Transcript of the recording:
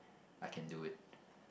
I can do it